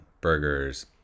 burgers